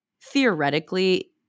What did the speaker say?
theoretically